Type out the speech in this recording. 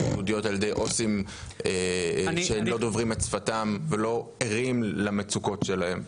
יהודיות על ידי עו״סים שלא דוברים את שפתם ולא ערים למצוקות שלהם.